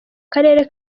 karere